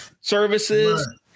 services